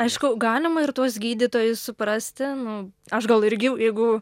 aišku galima ir tuos gydytojus suprasti nu aš gal irgi jeigu